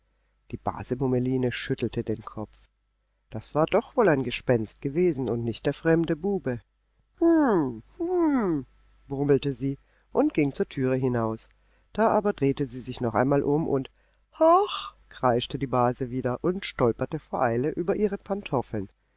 die base mummeline schüttelte den kopf das war doch wohl ein gespenst gewesen und nicht der fremde bube hm hm brummelte sie und ging zur türe hinaus da aber drehte sie sich noch einmal um und hach kreischte die base wieder und stolperte vor eile über ihre pantoffeln